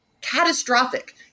catastrophic